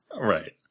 Right